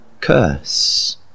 curse